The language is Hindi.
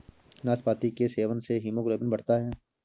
नाशपाती के सेवन से हीमोग्लोबिन बढ़ता है